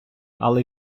але